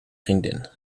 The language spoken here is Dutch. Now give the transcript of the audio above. vriendin